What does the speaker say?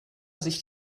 sich